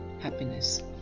happiness